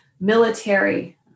military